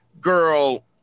girl